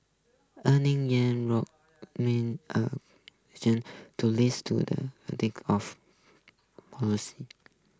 earlier Iran's to list to the of protesters